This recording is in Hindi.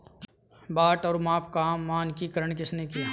बाट और माप का मानकीकरण किसने किया?